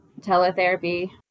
teletherapy